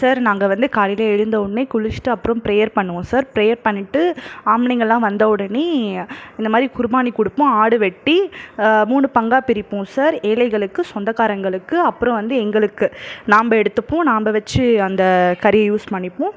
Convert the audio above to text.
sir நாங்கள் வந்து காலையில எழுந்த உடனே குளிச்சிவிட்டு அப்புறம் பிரேயர் பண்ணுவோம் சார் பிரேயர் பண்ணிவிட்டு ஆம்பளைங்களாம் வந்த உடனே இந்த மாதிரி குர்மானி கொடுப்போம் ஆடு வெட்டி மூணு பங்காக பிரிப்போம் சார் ஏழைகளுக்கு சொந்தக்காரங்களுக்கு அப்புறம் வந்து எங்களுக்கு நாம்ப எடுத்துப்போம் நம்ப வச்சு அந்த கறியை யூஸ் பண்ணிப்போம்